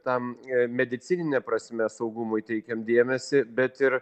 tam medicinine prasme saugumui teikiam dėmesį bet ir